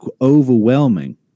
overwhelming